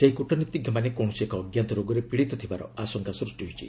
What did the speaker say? ସେହି କ୍ୱଟନୀତିଜ୍ଞମାନେ କୌଣସି ଏକ ଅଜ୍ଞାତ ରୋଗରେ ପୀଡ଼ିତ ଥିବାର ଆଶଙ୍କା ସୃଷ୍ଟି ହୋଇଛି